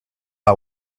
her